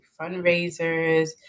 fundraisers